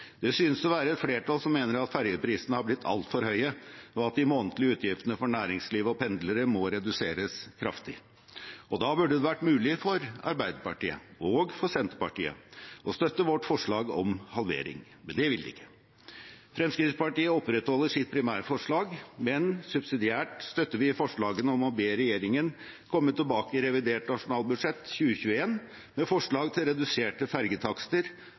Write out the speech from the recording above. Det synes å være et flertall som mener at fergeprisene har blitt altfor høye, og at de månedlige utgiftene for næringsliv og pendlere må reduseres kraftig. Da burde det vært mulig for Arbeiderpartiet og Senterpartiet å støtte vårt forslag om halvering. Men det vil de ikke. Fremskrittspartiet opprettholder sitt primærforslag, men subsidiært støtter vi forslaget om å be regjeringen komme tilbake i revidert nasjonalbudsjett 2021 med forslag til reduserte fergetakster